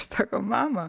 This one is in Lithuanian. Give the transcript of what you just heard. sako mama